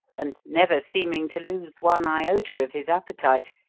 and never seeming to lose one iota of his appetite,